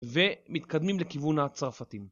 ומתקדמים לכיוון הצרפתים.